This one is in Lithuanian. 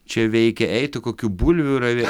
čia veikia eitų kokių bulvių ravėt